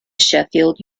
sheffield